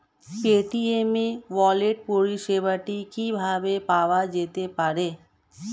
Paytm e wallet পরিষেবাটি কিভাবে পাওয়া যেতে পারে?